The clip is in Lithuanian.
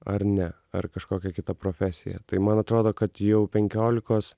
ar ne ar kažkokią kitą profesiją tai man atrodo kad jau penkiolikos